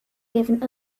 given